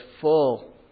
full